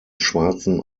schwarzen